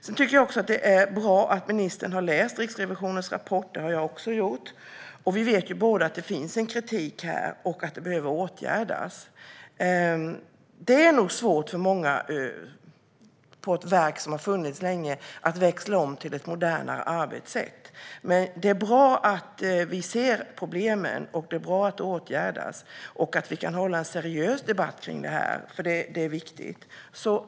Sedan tycker jag att det är bra att ministern har läst Riksrevisionens rapport - det har jag också gjort. Vi vet båda att det finns en kritik och att detta behöver åtgärdas. Det är nog svårt för många på ett verk som har funnits länge att växla om till ett modernare arbetssätt. Men det är bra att vi ser problemen, och det är bra att de åtgärdas och att vi kan hålla en seriös debatt kring detta, för det är viktigt.